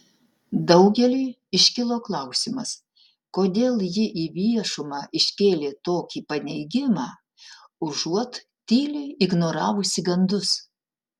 daugeliui iškilo klausimas kodėl ji į viešumą iškėlė tokį paneigimą užuot tyliai ignoravusi gandus